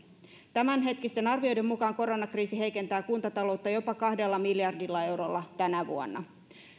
tämänhetkisten arvioiden mukaan koronakriisi heikentää kuntataloutta jopa kahdella miljardilla eurolla tänä vuonna